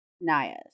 Naya's